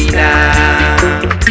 now